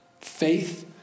faith